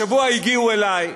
השבוע הגיעו אלי,